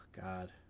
God